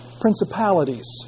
principalities